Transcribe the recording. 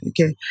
okay